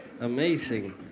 Amazing